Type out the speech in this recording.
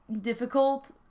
difficult